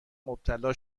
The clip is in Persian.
مبتلا